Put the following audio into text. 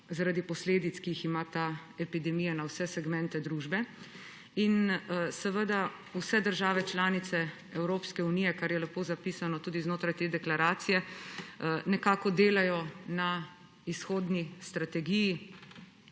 in posledice, ki jih ima ta epidemija na vse segmente družbe. Vse države članice Evropske unije, kar je lepo zapisano tudi znotraj te deklaracije, nekako delajo na izhodni strategiji